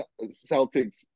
Celtics